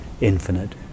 infinite